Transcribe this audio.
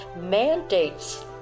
mandates